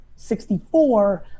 64